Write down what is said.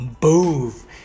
boof